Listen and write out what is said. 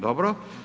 Dobro.